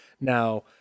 Now